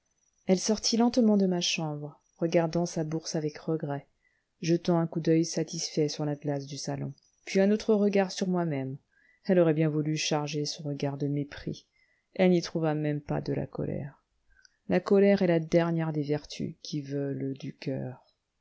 elle sortit lentement de ma chambre regardant sa bourse avec regret jetant un coup d'oeil satisfait sur la glace du salon puis un autre regard sur moi-même elle aurait bien voulu charger son regard de mépris elle n'y trouva même pas de la colère la colère est la dernière des vertus qui veulent du coeur